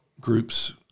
groups